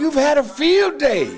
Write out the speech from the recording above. you've had a field day